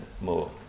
more